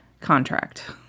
contract